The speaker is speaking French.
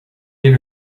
est